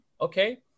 okay